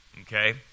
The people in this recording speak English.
okay